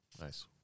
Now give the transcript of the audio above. Nice